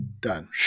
done